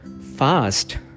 fast